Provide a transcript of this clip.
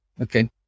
okay